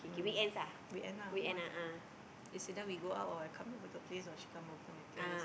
mm weekend ah one it's either we go out or I come over to her place or she come over to my place